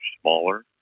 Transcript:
smaller